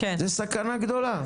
זו סכנה גדולה.